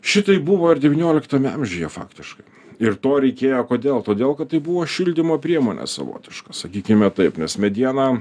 šitaip buvo ir devynioliktame amžiuje faktiškai ir to reikėjo kodėl todėl kad tai buvo šildymo priemonė savotiška sakykime taip nes mediena